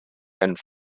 and